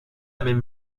même